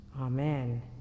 Amen